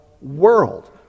world